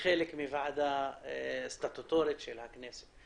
כחלק מוועדה סטטוטורית של הכנסת.